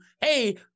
hey